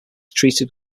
treated